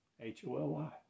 H-O-L-Y